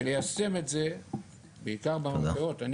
וליישם את זה בעיקר במרפאות.